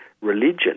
religion